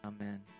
amen